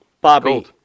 Bobby